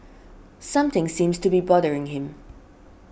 something seems to be bothering him